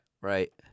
Right